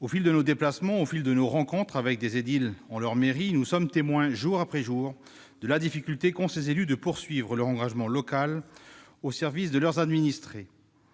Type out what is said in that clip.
Au fil de nos déplacements et de nos rencontres avec des édiles en leur mairie, nous sommes témoins jour après jour de leur difficulté à poursuivre leur engagement local au service de leurs administrés.